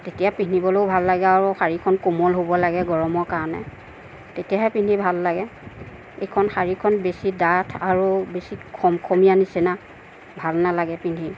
তেতিয়া পিন্ধিবলৈও ভাল লাগে আৰু শাৰীখন কোমল হ'ব লাগে গৰমৰ কাৰণে তেতিয়াহে পিন্ধি ভাল লাগে এইখন শাৰীখন বেছি ডাঠ আৰু বেছি খমখমীয়া নিচিনা ভাল নালাগে পিন্ধি